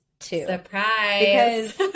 surprise